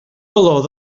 valor